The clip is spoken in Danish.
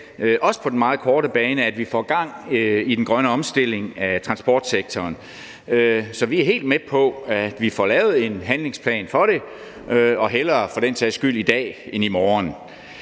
også på den meget korte bane, så vi får gang i den grønne omstilling af transportsektoren. Så vi er helt med på, at vi får lavet en handlingsplan for det, og for den sags skyld hellere i dag end i morgen.